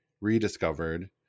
rediscovered